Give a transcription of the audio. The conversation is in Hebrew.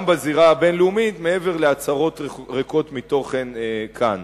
גם בזירה הבין-לאומית מעבר להצהרות ריקות מתוכן כאן.